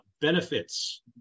benefits